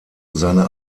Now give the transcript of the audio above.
seine